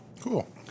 Cool